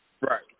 right